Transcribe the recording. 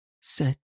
set